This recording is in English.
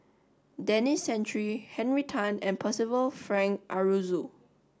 Denis Santry Henry Tan and Percival Frank Aroozoo